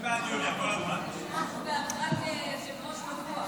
יש עשר דקות,